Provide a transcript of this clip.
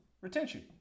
retention